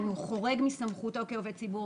אם הוא חורג מסמכותו כעובד ציבור,